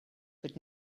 but